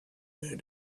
where